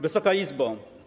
Wysoka Izbo!